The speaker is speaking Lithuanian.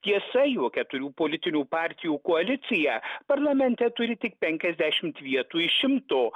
tiesa jo keturių politinių partijų koalicija parlamente turi tik penkiasdešimt vietų iš šimto